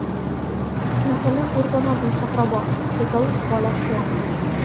netoli urbono vinco trobos staiga užpuolė šuo